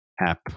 app